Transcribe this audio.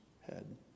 head